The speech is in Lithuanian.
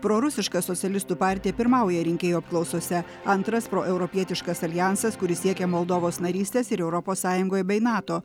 prorusiška socialistų partija pirmauja rinkėjų apklausose antras proeuropietiškas aljansas kuris siekia moldovos narystės ir europos sąjungoj bei nato